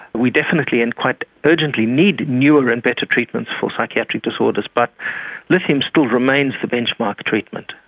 we definitely and quite urgently need newer and better treatments for psychiatric disorders but lithium still remains the benchmark treatment.